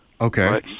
Okay